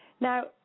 Now